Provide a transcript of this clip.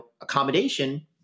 accommodation